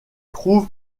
trouve